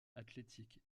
athletic